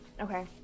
Okay